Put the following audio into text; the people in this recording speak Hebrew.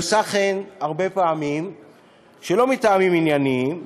והיא עושה כן הרבה פעמים שלא מטעמים ענייניים.